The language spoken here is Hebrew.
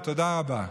ותודה רבה.